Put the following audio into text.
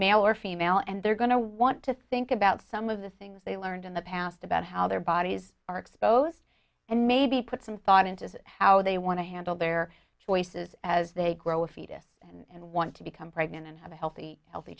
male or female and they're going to want to think about some of the things they learned in the past about how their bodies are exposed and maybe put some thought into how they want to handle their choices as they grow a fetus and want to become pregnant and have a healthy healthy